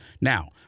Now